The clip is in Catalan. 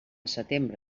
setembre